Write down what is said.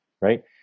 right